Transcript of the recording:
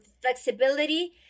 flexibility